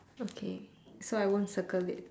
okay so I won't circle it